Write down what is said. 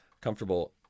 comfortable